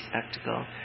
spectacle